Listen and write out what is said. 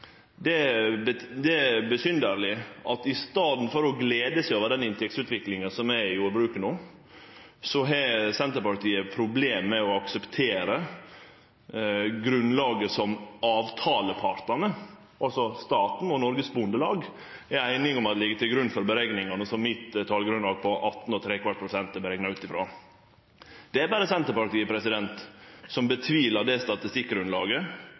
Men det er besynderleg at i staden for å glede seg over den inntektsutviklinga som er i jordbruket no, har Senterpartiet problem med å akseptere grunnlaget som avtalepartane, altså staten og Norges Bondelag, er einige om ligg til grunn for berekningane som talgrunnlaget mitt på 18¾ pst. er rekna ut frå. Det er berre Senterpartiet som tvilar på det statistikkgrunnlaget,